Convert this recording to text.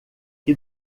que